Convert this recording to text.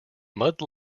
mud